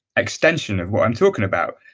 extension of what i'm talking about.